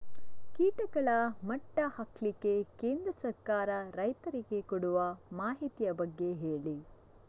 ಕೀಟಗಳ ಮಟ್ಟ ಹಾಕ್ಲಿಕ್ಕೆ ಕೇಂದ್ರ ಸರ್ಕಾರ ರೈತರಿಗೆ ಕೊಡುವ ಮಾಹಿತಿಯ ಬಗ್ಗೆ ಹೇಳಿ